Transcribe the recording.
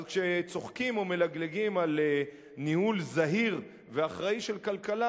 אז כשצוחקים או מלגלגים על ניהול זהיר ואחראי של כלכלה,